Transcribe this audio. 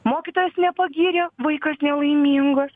mokytojas nepagyrė vaikas nelaimingas